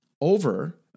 over